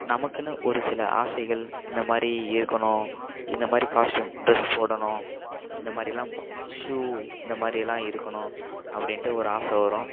நமக்கென்னு ஒரு சில ஆசைகள் இந்தமாதிரி இருக்கணும் இந்தமாதிரி ஃபேஷன் டிரஸ் போடணும் இந்தமாதிரிலாம் ஷூ இந்தமாதிரிலாம் இருக்கணும் அப்படின்ட்டு ஒரு ஆசை வரும்